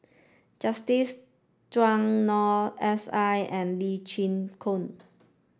Justin Zhuang Noor S I and Lee Chin Koon